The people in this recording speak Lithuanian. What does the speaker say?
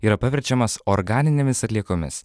yra paverčiamas organinėmis atliekomis